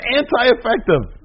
anti-effective